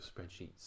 spreadsheets